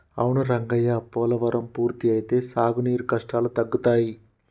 అవును రంగయ్య పోలవరం పూర్తి అయితే సాగునీరు కష్టాలు తగ్గుతాయి